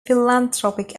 philanthropic